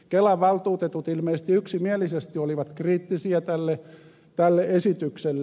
kelan valtuutetut ilmeisesti yksimielisesti olivat kriittisiä tälle esitykselle